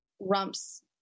Rump's